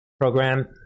program